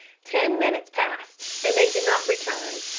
ten minutes passed and they did not return,